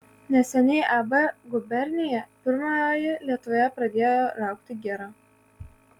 neseniai ab gubernija pirmoji lietuvoje pradėjo raugti girą